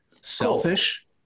Selfish